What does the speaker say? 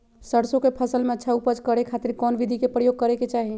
सरसों के फसल में अच्छा उपज करे खातिर कौन विधि के प्रयोग करे के चाही?